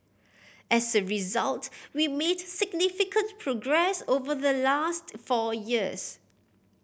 as a result we made significant progress over the last four years